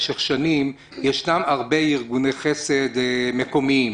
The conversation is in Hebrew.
במשך שנים יש הרבה ארגוני חסד מקומיים.